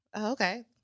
okay